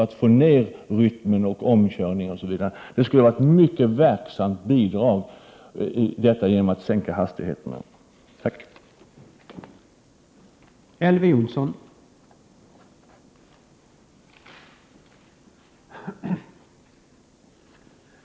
1988/89:124 hastigheten för att få ned rytmen och minska antalet omkörningar. Att sänka hastigheterna skulle utgöra ett mycket verksamt bidrag.